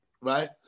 right